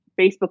Facebook